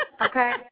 Okay